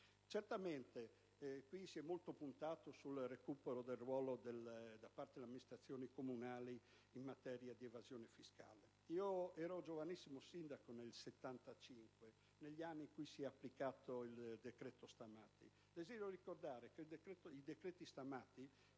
di tutti. Qui si è molto puntato sul recupero del ruolo da parte delle amministrazioni comunali in materia di evasione fiscale. Nel 1975 ero un giovanissimo sindaco. Erano gli anni in cui si è applicato il decreto Stammati.